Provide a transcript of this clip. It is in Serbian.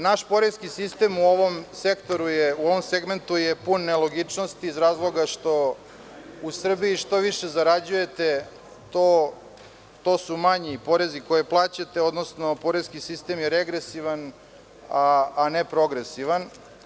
Naš poreski sistem u ovom segmentu je pun nelogičnosti iz razloga što u Srbiji što više zarađujete to su manji porezi koje plaćate, odnosno poreski sistem je regresivan, a ne progresivan.